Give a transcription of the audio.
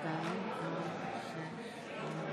הכי דחוף שיש למתן